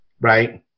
right